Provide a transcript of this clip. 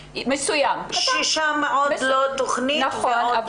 שם זה עוד לא תכנית נכון,